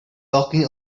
talking